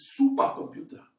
supercomputer